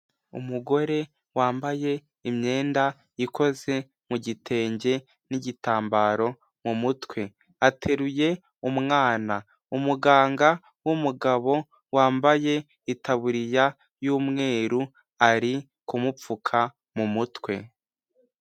Umugore wambaye imyenda ikoze mu gitenge n'igitambaro mu mutwe ateruye umwana, umuganga w'umugabo wambaye itaburiya y'umweru ari kumupfuka mu mutwe.